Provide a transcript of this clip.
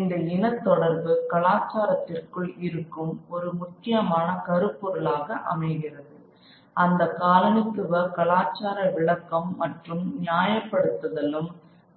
இந்த இனத் தொடர்பு கலாச்சாரத்திற்குள் இருக்கும் ஒரு முக்கியமான கருப்பொருளாக அமைகிறது அந்த காலனித்துவ கலாச்சார விளக்கம் மற்றும் நியாயபடுத்தலும்